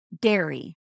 dairy